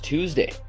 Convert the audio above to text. Tuesday